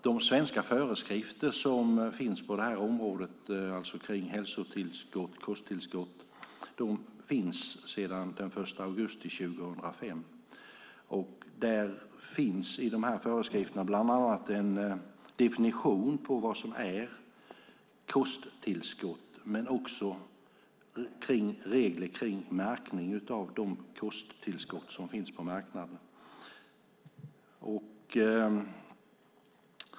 De svenska föreskrifterna på området om hälso och kosttillskott finns sedan den 1 augusti 2005. I föreskrifterna finns bland annat en definition på vad som är kosttillskott men också regler för märkning av de kosttillskott som finns på marknaden.